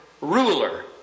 ruler